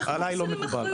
עליי לא מקובל,